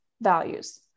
values